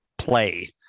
play